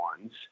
ones